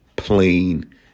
plain